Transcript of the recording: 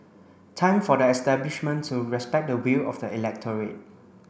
time for the establishment to respect the will of the electorate